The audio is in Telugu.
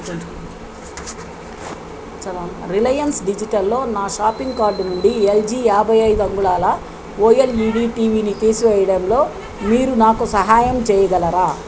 రిలయన్స్ డిజిటల్లో నా షాపింగ్ కార్ట్ నుండి ఎల్జి యాభై ఐదు అంగుళాల ఓఎల్ఈడి టీవీని తీసివేయడంలో మీరు నాకు సహాయం చేయగలరా